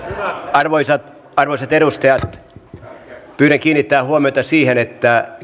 arvoisat arvoisat edustajat pyydän kiinnittämään huomiota siihen että